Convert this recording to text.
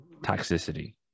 toxicity